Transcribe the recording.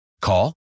Call